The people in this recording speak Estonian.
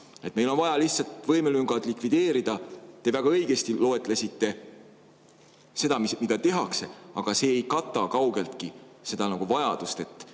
meil on vaja lihtsalt võimelüngad likvideerida. Te väga õigesti loetlesite seda, mida tehakse, aga see ei kata kaugeltki vajadust.